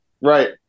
Right